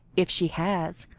if she has,